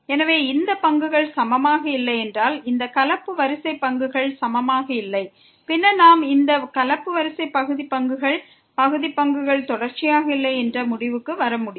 எனவே இந்த பங்குகள் சமமாக இல்லை என்றால் இந்த கலப்பு வரிசை பங்குகள் சமமாக இல்லை பின்னர் நாம் இந்த கலப்பு வரிசை பகுதி பங்குகள் தொடர்ச்சியாக இல்லை என்று முடிவுக்கு வர முடியும்